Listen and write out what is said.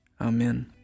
Amen